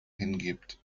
hingibt